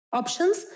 options